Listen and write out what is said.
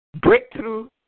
Breakthrough